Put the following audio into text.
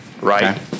right